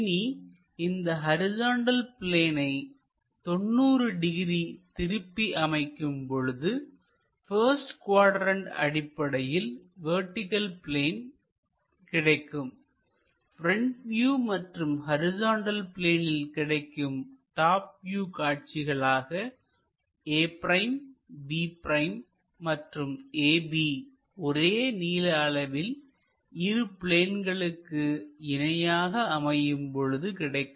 இனி இந்த ஹரிசாண்டல் பிளேனை 90 டிகிரி திருப்பி அமைக்கும் பொழுது பஸ்ட் குவாட்ரண்ட் அடிப்படையில் வெர்டிகள் பிளேனில் கிடைக்கும் ப்ரெண்ட் வியூ மற்றும் ஹரிசாண்டல் பிளேனில் கிடைக்கும் டாப் வியூ காட்சிகளாக a'b' மற்றும் ab ஒரே நீள அளவில் இரு பிளேன்களுக்கு இணையாக அமையும் பொழுது கிடைக்கும்